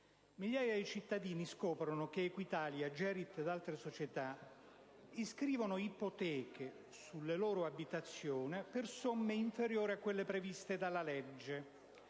Migliaia di cittadini scoprono che Equitalia, Gerit ed altre società iscrivono ipoteche sulle loro abitazioni per somme inferiori a quelle previste dalla legge.